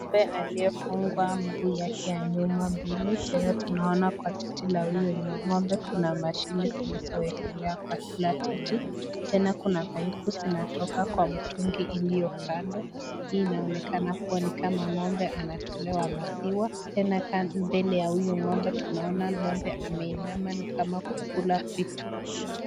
Ng'ombe aliyefungwa mguu yake ya nyuma mbili, tena tunaona kwa titi ya huyo ng'ombe kuna mashine zilizo wekelewa kwa kila titi, tena kuna paipu zinatoka kwa mtungi iliyo kando, hii inaonekana ni kama ng'ombe anatolewa maziwa, tena mbele ya huyu ng'ombe tunaona ng'ombe ameinama ni kama kukula vitu.